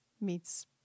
meets